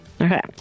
Okay